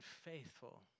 faithful